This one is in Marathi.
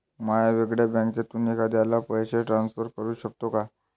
म्या वेगळ्या बँकेतून एखाद्याला पैसे ट्रान्सफर करू शकतो का?